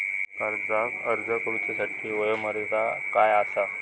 कर्जाक अर्ज करुच्यासाठी वयोमर्यादा काय आसा?